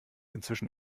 inzwischen